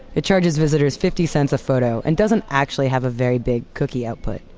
it charges visitors fifty cents a photo and doesn't actually have a very big cookie output.